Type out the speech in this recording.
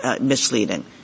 misleading